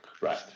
right